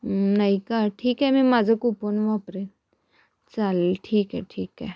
नाही का ठीक आहे मी माझं कुपोन वापरेन चालेल ठीक आहे ठीक आहे